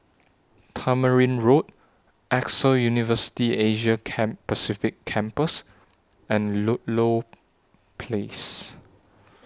Tamarind Road AXA University Asia Pacific Campus and Ludlow Place